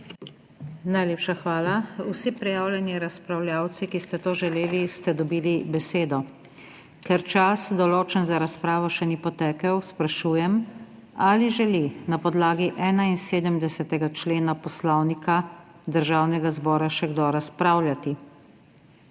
Najlepša hvala. Vsi prijavljeni razpravljavci, ki ste to želeli, ste dobili besedo. Ker čas, določen za razpravo, še ni potekel, sprašujem, ali želi na podlagi 71. člena Poslovnika Državnega zbora še kdo razpravljati.